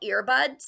earbuds